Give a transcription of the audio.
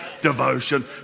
devotion